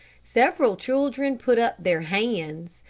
several children put up their hands,